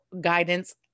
guidance